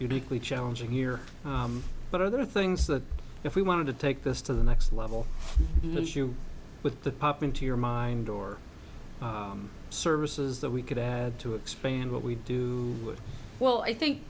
uniquely challenging year but other things that if we wanted to take this to the next level moves you with the pop into your mind or services that we could add to expand what we do well i think